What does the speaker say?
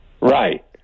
Right